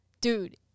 dude